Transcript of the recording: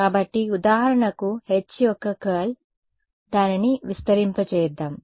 కాబట్టి ఉదాహరణకు H యొక్క కర్ల్ కాబట్టి దానిని విస్తరింపజేద్దాం